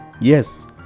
Yes